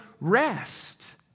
rest